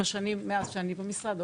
מאז שאני במשרד.